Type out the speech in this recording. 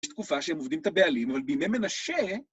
יש תקופה שהם עובדים את הבעלים, אבל בימי מנשה...